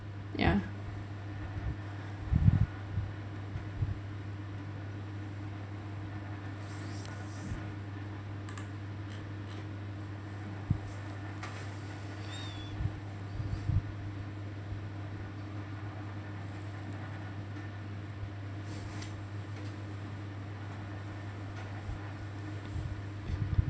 ya